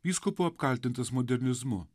vyskupo apkaltintas modernizmu